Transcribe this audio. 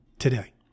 Today